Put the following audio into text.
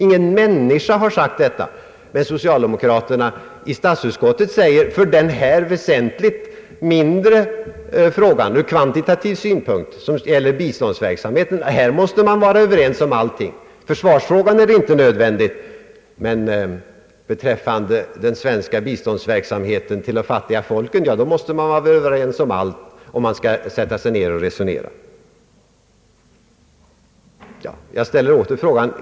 Socialdemokraternas representanter i statsutskottet säger emellertid att man i denna ur kvantitativ synpunkt väsentligt mindre fråga måste vara överens om allting. I försvarsfrågan är det inte nödvändigt, men beträffande den svenska biståndsverksamheten till de fattiga folken måste man vara överens om allt, om man skall kunna resonera.